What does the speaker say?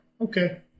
Okay